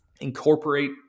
incorporate